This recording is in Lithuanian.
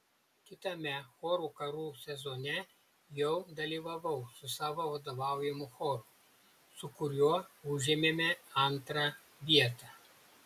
kitame chorų karų sezone jau dalyvavau su savo vadovaujamu choru su kuriuo užėmėme antrą vietą